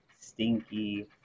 stinky